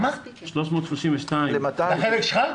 לחלק שלך?